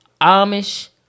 Amish